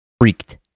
Freaked